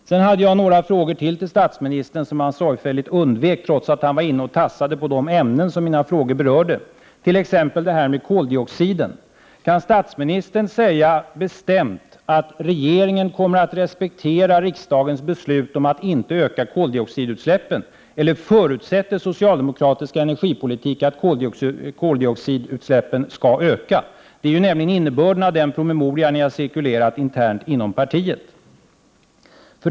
Jag hade några fler frågor till statsministern, som han sorgfälligt undvek, trots att han var inne och tassade på de ämnen som mina frågor berörde, t.ex. problemen med koldioxiden. 1. Kan statsministern säga bestämt att regeringen kommer att respektera riksdagens beslut om att inte öka koldioxidutsläppen, eller förutsätter socialdemokratisk energipolitik att koldioxidutsläppen skall öka? Det är nämligen innebörden i den promemoria ni har cirkulerat internt inom partiet.